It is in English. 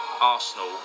Arsenal